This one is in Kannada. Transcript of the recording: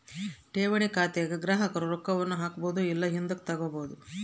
ಠೇವಣಿ ಖಾತೆಗ ಗ್ರಾಹಕರು ರೊಕ್ಕವನ್ನ ಹಾಕ್ಬೊದು ಇಲ್ಲ ಹಿಂದುಕತಗಬೊದು